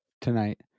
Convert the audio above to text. tonight